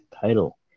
title